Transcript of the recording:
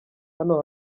hano